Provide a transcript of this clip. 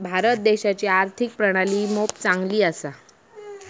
भारत देशाची आर्थिक प्रणाली मोप चांगली असा